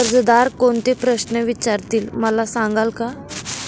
कर्जदार कोणते प्रश्न विचारतील, मला सांगाल का?